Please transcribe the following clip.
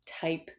type